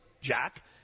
Jack